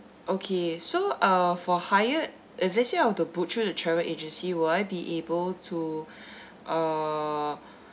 okay so uh for hyatt if let say I want to book through the travel agency would I be able to uh